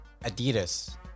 Adidas